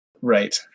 Right